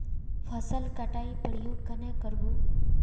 फसल कटाई प्रयोग कन्हे कर बो?